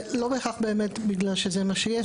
לא בהכרח בגלל שזה מה שיש,